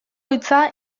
hitza